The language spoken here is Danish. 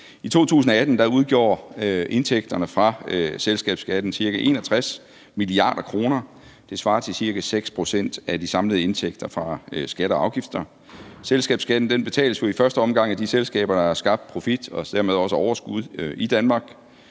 I 2018 udgjorde indtægterne fra selskabsskatten ca. 61 mia. kr. Det svarer til ca. 6 pct. af de samlede indtægter fra skatter og afgifter. Selskabsskatten betales jo i første omgang af de selskaber, der har skabt profit og dermed også overskud i Danmark.